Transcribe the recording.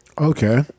Okay